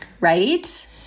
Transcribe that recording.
Right